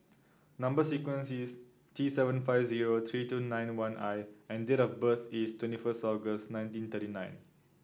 number sequence is T seven five zero three two nine one I and date of birth is twenty first August nineteen thirty nine